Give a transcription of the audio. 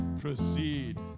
proceed